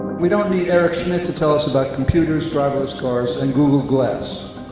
we don't need eric schmidt to tell us about computers, driverless cars and google glass.